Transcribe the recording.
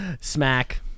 Smack